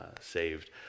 saved